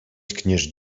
tkniesz